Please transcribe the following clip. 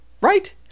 right